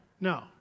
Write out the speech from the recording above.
No